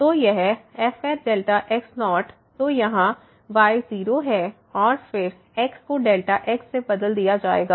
तो यह f तो यहाँ y 0 है और फिर x को x से बदल दिया जाएगा